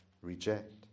reject